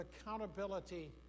accountability